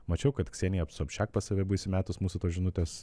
mačiau kad ksenija psopšiak pas save buvo įsimetus mūsų tos žinutės